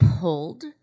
pulled